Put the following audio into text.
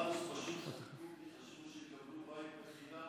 98% פשוט ויתרו בגלל שהם חשבו שהם יקבלו בית חינם ברגע שרע"מ